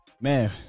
Man